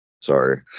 Sorry